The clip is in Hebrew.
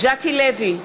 ז'קי לוי,